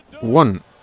One